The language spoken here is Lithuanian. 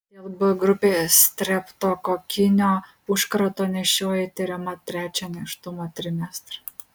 dėl b grupės streptokokinio užkrato nėščioji tiriama trečią nėštumo trimestrą